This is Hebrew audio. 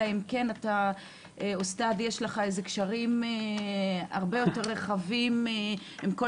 אלא אם כן אתה אוסטאד יש לך איזה קשרים הרבה יותר רחבים עם כל